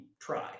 try